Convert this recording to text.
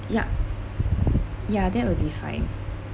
yeah yeah that will be fine